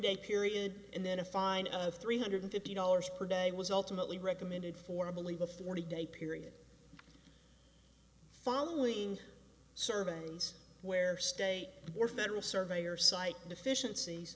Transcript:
day period and then a fine of three hundred fifty dollars per day was ultimately recommended for i believe a forty day period following surveys where state or federal survey or site deficiencies